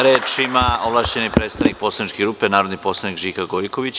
Reč ima ovlašćeni predstavnik poslaničke grupe narodni poslanik Žika Gojković.